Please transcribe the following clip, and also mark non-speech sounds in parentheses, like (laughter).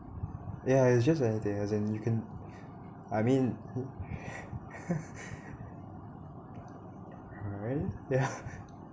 ya it's just like they as in you can I mean (breath) alright ya